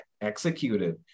executed